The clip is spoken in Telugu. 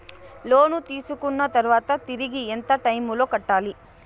లోను తీసుకున్న తర్వాత తిరిగి ఎంత టైములో కట్టాలి